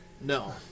No